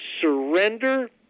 surrender